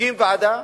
הקים ועדה,